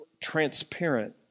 transparent